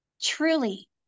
truly